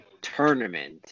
tournament